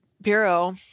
bureau